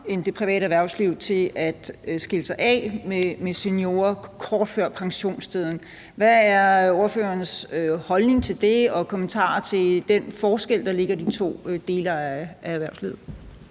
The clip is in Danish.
end det private erhvervsliv til at skille sig af med seniorer kort før pensionstiden. Hvad er ordførerens holdning til det og kommentarer til den forskel, der ligger i de to dele af erhvervslivet?